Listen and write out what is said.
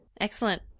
Excellent